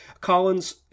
Collins